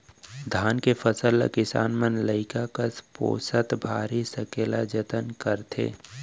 धान के फसल ल किसान मन लइका कस पोसत भारी सकेला जतन करथे